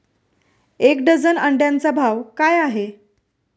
एक डझन अंड्यांचा भाव काय आहे?